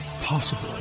possible